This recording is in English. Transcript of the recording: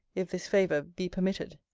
if this favour be permitted.